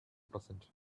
present